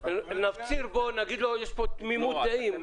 נפציר בו ונגיד שיש פה תמימות דעים.